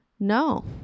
No